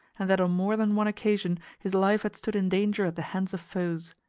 and that on more than one occasion his life had stood in danger at the hands of foes.